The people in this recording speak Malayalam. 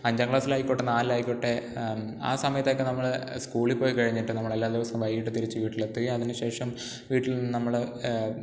അഞ്ചാം ക്ലാസ്സിലായിക്കോട്ടെ നാലായിക്കോട്ടെ ആ സമയത്തൊക്കെ നമ്മൾ സ്കൂളിൽ പോയി കഴിഞ്ഞിട്ട് നമ്മളെല്ലാ ദിവസവും വൈകിയിട്ട് തിരിച്ചു വീട്ടിലെത്തുകയും അതിനു ശേഷം വീട്ടിൽ നിന്നു നമ്മൾ